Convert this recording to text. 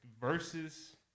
versus